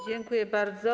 Dziękuję bardzo.